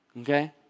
Okay